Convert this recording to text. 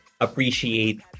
appreciate